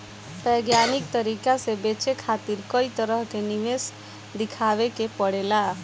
वैज्ञानिक तरीका से बचे खातिर कई तरह के निवेश देखावे के पड़ेला